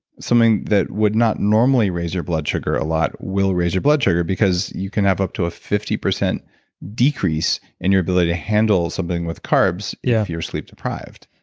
something that would not normally raise your blood sugar a lot will raise your blood sugar, because you can have up to a fifty percent decrease in your ability to handle something with carbs yeah if you're sleep deprived